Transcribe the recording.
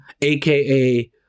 aka